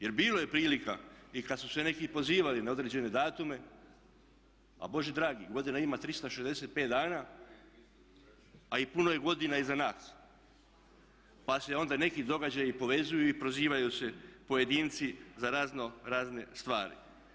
Jer bilo je prilika i kada su se neki pozivali na određene datume, a Bože dragi, godina ima 365 dana a i puno je godina iza nas pa se onda neki događaji povezuju i prozivaju se pojedinci za razno razne stvari.